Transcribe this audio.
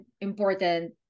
important